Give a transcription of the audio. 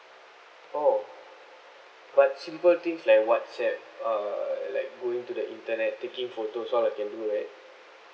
oh but simple things like whatsapp uh like going to the internet taking photos all I can do right